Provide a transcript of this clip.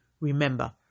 Remember